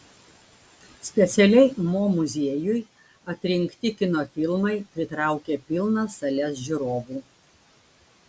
specialiai mo muziejui atrinkti kino filmai pritraukia pilnas sales žiūrovų